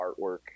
artwork